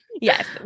Yes